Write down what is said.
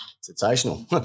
Sensational